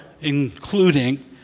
including